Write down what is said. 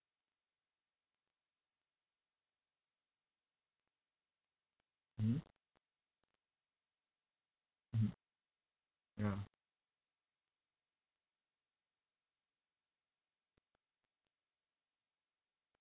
mm mmhmm ya